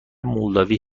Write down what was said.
مولداوی